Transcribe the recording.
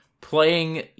playing